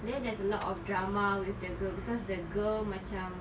then there's a lot of drama with the girl cause the girl macam